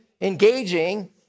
engaging